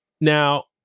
Now